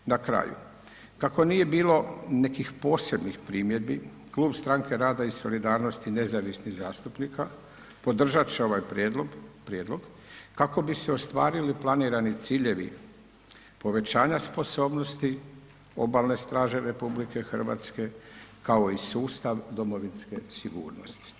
Na kraju, kako nije bilo nekih posebnih primjedbi Klub stranke rada i solidarnosti nezavisnih zastupnika podržati će ovaj prijedlog kako bi se ostvarili planirani ciljevi povećanja sposobnosti obalne straže RH kao i sustav domovinske sigurnosti.